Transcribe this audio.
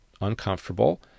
uncomfortable